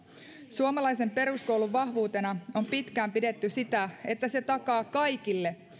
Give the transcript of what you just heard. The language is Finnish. suomalaisen peruskoulun vahvuutena on pitkään pidetty sitä että se takaa kaikille